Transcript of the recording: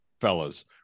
fellas